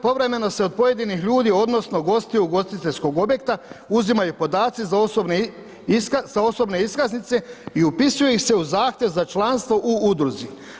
Povremeno se od pojedinih ljudi, odnosno gostiju i ugostiteljskog objekta uzimaju podaci za osobne iskaznice i upisuje ih se u zahtjev za članstvo u udruzi.